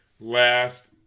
last